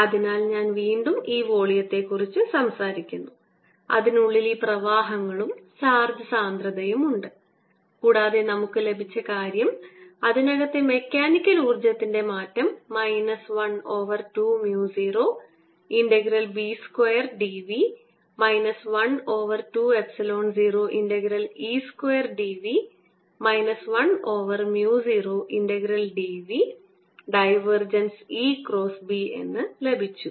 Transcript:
അതിനാൽ ഞാൻ വീണ്ടും ഈ വോള്യത്തെക്കുറിച്ച് സംസാരിക്കുന്നു അതിനുള്ളിൽ ഈ പ്രവാഹങ്ങളും ചാർജ് സാന്ദ്രതയും ഉണ്ട് കൂടാതെ നമുക്ക് ലഭിച്ച കാര്യം അതിനകത്തെ മെക്കാനിക്കൽ ഊർജ്ജത്തിന്റെ മാറ്റം minus 1 over 2 mu 0 integral B square d v minus 1 over 2 epsilon 0 integral E square d v minus 1 over mu 0 integral d v divergence E cross B എന്ന് ലഭിച്ചു